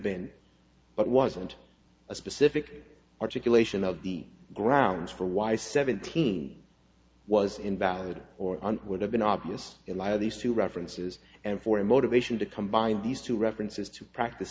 been but wasn't a specific articulation of the grounds for why seventeen was invalid or and would have been obvious in light of these two references and for a motivation to combine these two references to practice